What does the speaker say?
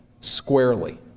squarely